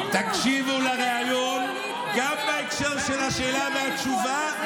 תקשיבו לריאיון גם בהקשר של השאלה והתשובה,